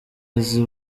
abize